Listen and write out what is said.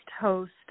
host